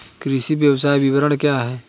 कृषि व्यवसाय विपणन क्या है?